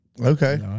Okay